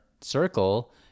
circle